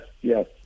yes